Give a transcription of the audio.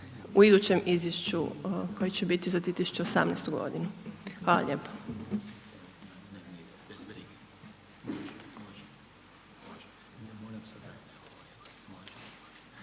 u idućem izvješću koje će biti za 2018. godinu. Hvala lijepo.